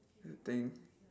I think